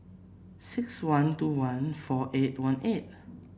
six one two one four eight one eight